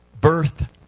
Birth